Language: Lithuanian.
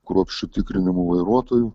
kruopščiu tikrinimu vairuotojų